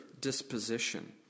disposition